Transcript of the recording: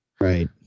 Right